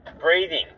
breathing